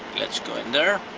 let's go in there.